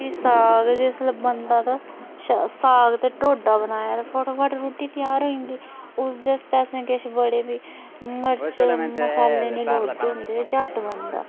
फ्ही साग जिसलै बनदा तां साग ते टोडा बनाया ते फटाफट रुट्टी त्यार होई जंदी उसदे आस्तै असें बड़े मर्च मसाले नेईं लोड़दे होंदे झट्ट बनदा